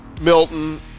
Milton